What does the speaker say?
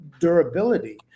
durability